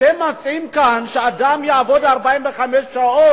אתם מציעים כאן שאדם יעבוד 45 שעות.